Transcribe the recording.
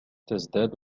تزداد